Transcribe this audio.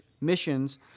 missions